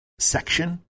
section